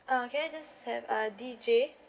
uh can I just have a digit